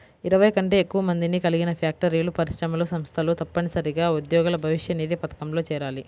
ఇరవై కంటే ఎక్కువ మందిని కలిగిన ఫ్యాక్టరీలు, పరిశ్రమలు, సంస్థలు తప్పనిసరిగా ఉద్యోగుల భవిష్యనిధి పథకంలో చేరాలి